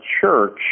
church